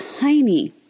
tiny